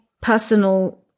personal